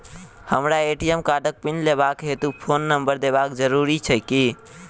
हमरा ए.टी.एम कार्डक पिन लेबाक हेतु फोन नम्बर देबाक जरूरी छै की?